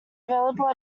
available